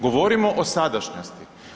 Govorimo o sadašnjosti.